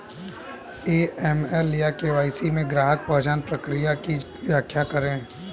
AML या KYC में ग्राहक पहचान प्रक्रिया की व्याख्या करें?